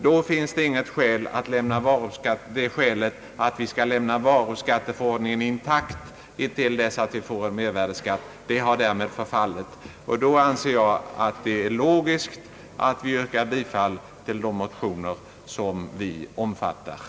Då finns inte längre det motivet att vi skall lämna varuskatteförerdningen intakt till dess att vi får en mervärdeskatt. Under dessa förhållanden anser jag att det är logiskt att vi yrkar bifall till de motionsförslag som det här är fråga om.